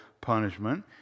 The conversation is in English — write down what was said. punishment